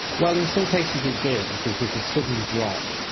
well, in some cases it did because there's a sudden drop.